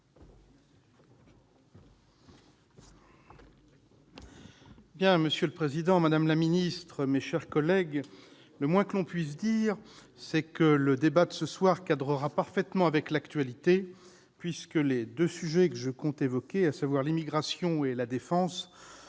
Monsieur le président, madame la ministre, mes chers collègues, le moins que l'on puisse dire c'est que le débat de ce soir cadrera parfaitement avec l'actualité. Les deux sujets que je compte évoquer, à savoir l'immigration et la défense,